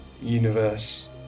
Universe